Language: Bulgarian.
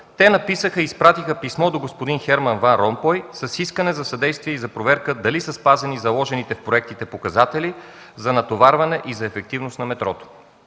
те написаха и изпратиха писмо до господин Херман Ван Ромпой с искане за съдействие и за проверка дали са спазени заложените в проектите показатели за натоварване и за ефективност на метрото.